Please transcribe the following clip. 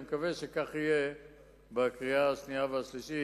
אני מקווה שכך יהיה בקריאה השנייה והשלישית,